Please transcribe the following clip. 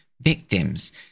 victims